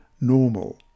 Normal